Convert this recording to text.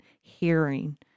hearing